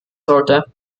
sollte